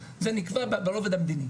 האם יש אפשרות או ניתן לשקול את העניין הזה,